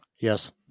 Yes